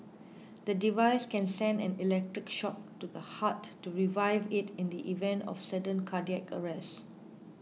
the device can send an electric shock to the heart to revive it in the event of sudden cardiac arrest